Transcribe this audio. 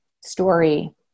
story